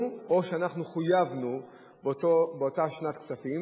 או שאנחנו חויבנו בהם באותה שנת כספים,